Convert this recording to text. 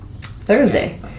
Thursday